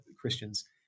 Christians